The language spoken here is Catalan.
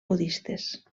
budistes